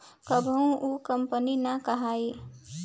कभियो उ कंपनी ना कहाई